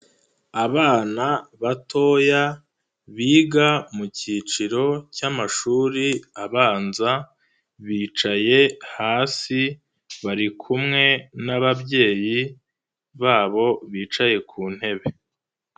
Abana batoya biga mu cyiciro cy'amashuri abanza, bicaye hasi bari kumwe n'ababyeyi babo bicaye ku ntebe.